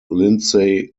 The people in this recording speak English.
lindsey